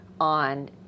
on